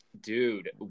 Dude